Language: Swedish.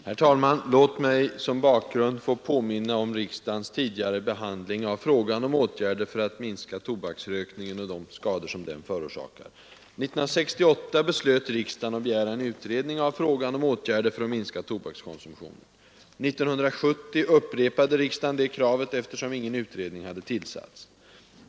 Herr talman! Låt mig som bakgrund få påminna om riksdagens tidigare behandling av frågan om åtgärder för att minska tobaksrökningen och de skador som den förorsakar. 1968 beslöt riksdagen att begära en utredning av frågan om åtgärder för minskad tobakskonsumtion. 1970 upprepade riksdagen det kravet, eftersom ingen utredning hade tillsatts.